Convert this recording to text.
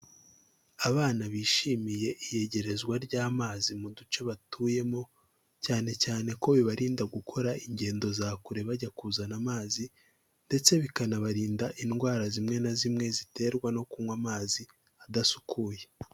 Abana bishimiye iyegerezwa ry'amazi mu duce batuyemo, cyane cyane ko bibarinda gukora ingendo za kure bajya kuzana amazi ndetse bikanabarinda indwara zimwe na zimwe ziterwa no kunywa amazi adasukuye.